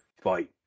fight